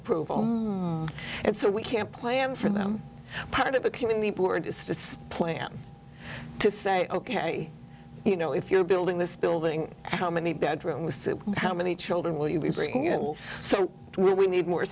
approval and so we can't plan for them part of a community board plan to say ok you know if you're building this building how many bedrooms how many children will you bring it so we need more